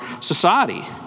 society